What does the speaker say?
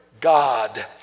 God